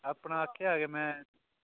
अपना आखेआ हा के में